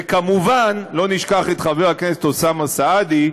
וכמובן, לא נשכח את חבר הכנסת אוסאמה סעדי,